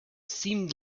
seemed